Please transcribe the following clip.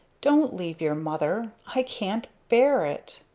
don't leave your mother. i can't bear it!